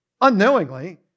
Unknowingly